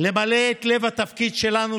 למלא את לב התפקיד שלנו,